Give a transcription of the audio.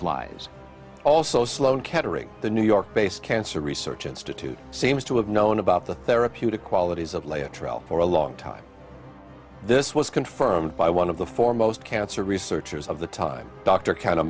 flies also sloan kettering the new york based cancer research institute seems to have known about the therapeutic qualities of lay a trail for a long time this was confirmed by one of the foremost cancer researchers of the time dr kind of